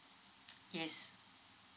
yes